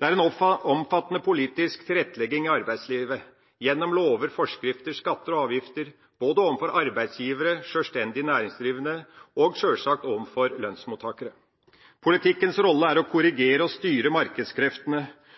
Det er en omfattende politisk tilrettelegging i arbeidslivet gjennom lover, forskrifter, skatter og avgifter både overfor arbeidsgivere, sjølstendig næringsdrivende og, sjølsagt, overfor lønnsmottakere. Politikkens rolle er å korrigere og styre markedskreftene.